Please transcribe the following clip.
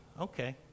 Okay